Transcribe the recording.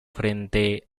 frente